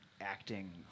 acting